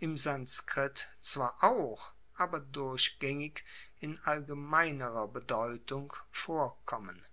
im sanskrit zwar auch aber durchgaengig in allgemeinerer bedeutung vorkommen